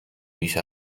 بیش